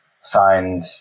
signed